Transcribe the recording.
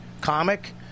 comic